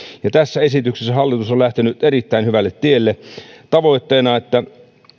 ja tässä esityksessä hallitus on lähtenyt erittäin hyvälle tielle tavoitteenaan että